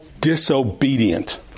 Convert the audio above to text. disobedient